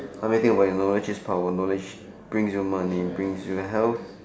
I mean think about it knowledge is power knowledge brings you money brings you health